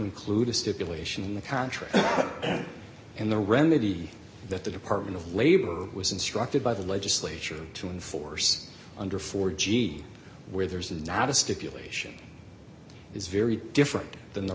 include a stipulation in the contract and the remedy that the department of labor was instructed by the legislature to enforce under four g where there's not a stipulation is very different than the